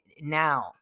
now